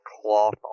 cloth